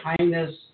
Kindness